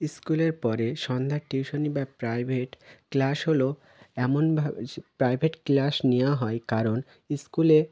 স্কুলের পরে সন্ধ্যার টিউশন বা প্রাইভেট ক্লাস হলো এমনভাবে প্রাইভেট ক্লাস নেওয়া হয় কারণ স্কুলে